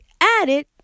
added